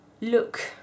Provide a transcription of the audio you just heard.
look